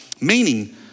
Meaning